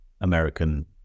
American